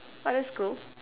!wow! that's cool